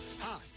Hi